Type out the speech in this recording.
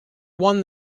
won